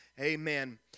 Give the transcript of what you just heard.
amen